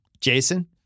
jason